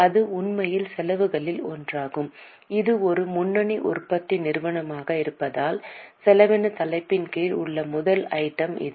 இது உண்மையில் செலவுகளில் ஒன்றாகும் இது ஒரு முன்னணி உற்பத்தி நிறுவனமாக இருப்பதால் செலவினத் தலைப்பின் கீழ் உள்ள முதல் ஐட்டம் இது